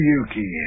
Yuki